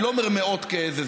אני לא אומר מאות סתם,